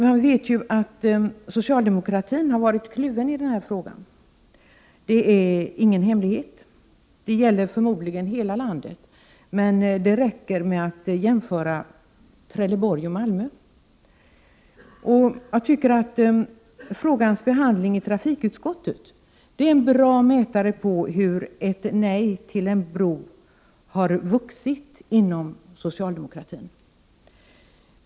Vi vet att socialdemokratin har varit kluven i den här frågan — det är ingen hemlighet. Det gäller förmodligen hela landet, men det räcker med att jämföra Trelleborg och Malmö. Jag tycker att frågans behandling i trafikutskottet är en bra mätare på hur ett nej till en bro har vuxit inom socialdemokratin.